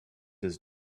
his